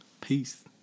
Peace